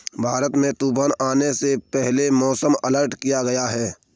भारत में तूफान आने से पहले मौसम अलर्ट किया गया है